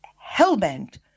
hell-bent